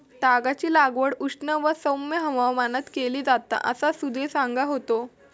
तागाची लागवड उष्ण व सौम्य हवामानात केली जाता असा सुधीर सांगा होतो